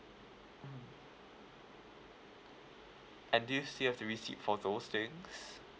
mm and do you still have the receipt for those things